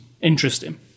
interesting